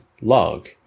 log